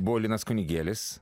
buvo linas kunigėlis